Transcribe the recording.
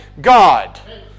God